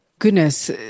Goodness